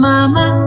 Mama